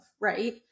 right